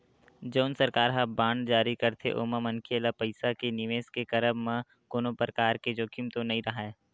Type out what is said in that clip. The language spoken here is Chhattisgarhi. जउन सरकार ह बांड जारी करथे ओमा मनखे ल पइसा के निवेस के करब म कोनो परकार के जोखिम तो नइ राहय